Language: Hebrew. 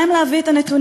מה עם להביא את הנתונים?